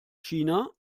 china